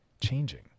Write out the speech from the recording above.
changing